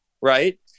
Right